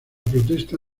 protesta